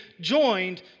joined